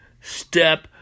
step